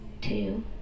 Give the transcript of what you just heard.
two